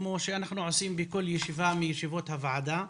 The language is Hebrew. כמו שאנחנו עושים בכל ישיבה מישיבות הוועדה,